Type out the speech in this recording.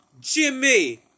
Jimmy